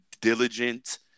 diligent